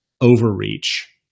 overreach